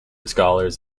scholars